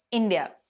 india.